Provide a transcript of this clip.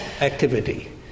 activity